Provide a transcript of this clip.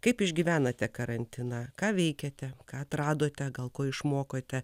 kaip išgyvenate karantiną ką veikiate ką atradote gal ko išmokote